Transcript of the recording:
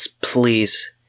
please